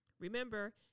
Remember